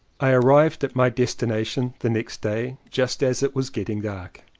i arrived at my destination the next day just as it was getting dark.